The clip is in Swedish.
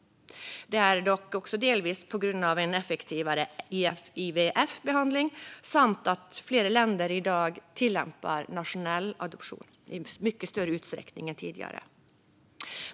Detta beror dock delvis på effektivare IVF-behandlingar och på att fler länder i dag tillämpar nationella adoptioner i mycket större utsträckning än tidigare.